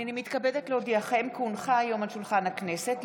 אני מתכבד לפתוח את ישיבת מליאת הכנסת.